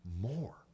more